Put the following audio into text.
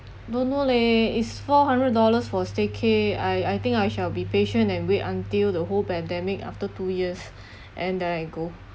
don't know leh is four hundred dollars for staycay I I think I shall be patient and wait until the whole pandemic after two years and then I go